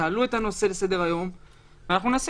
תעלו את הנושא לסדר היום ואנחנו ננסה